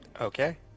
Okay